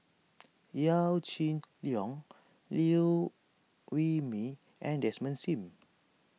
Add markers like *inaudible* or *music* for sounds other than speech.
*noise* Yaw Shin Leong Liew Wee Mee and Desmond Sim